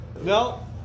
no